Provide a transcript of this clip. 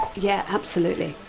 yeah, absolutely.